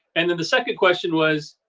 and then the second question was